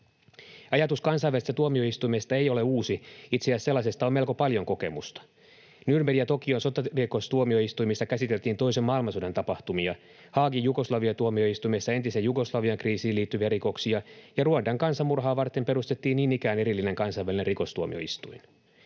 Ajatus kansainvälisestä tuomioistuimesta ei ole uusi. Itse asiassa sellaisesta on melko paljon kokemusta. Nürnbergin ja Tokion sotarikostuomioistuimissa käsiteltiin toisen maailmansodan tapahtumia, Haagin Jugoslavia-tuomioistuimessa entisen Jugoslavian kriisiin liittyviä rikoksia, ja Ruandan kansanmurhaa varten perustettiin niin ikään erillinen kansainvälinen rikostuomioistuin.